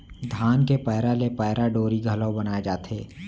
धान के पैरा ले पैरा डोरी घलौ बनाए जाथे